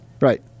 Right